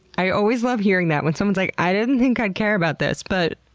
i always love hearing that when someone's, like, i didn't think i'd care about this, but,